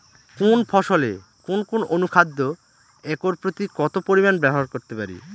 কোন ফসলে কোন কোন অনুখাদ্য একর প্রতি কত পরিমান ব্যবহার করতে পারি?